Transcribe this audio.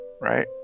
Right